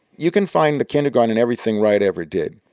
you can find the kindergarten in everything wright ever did